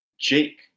Jake